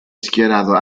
schierato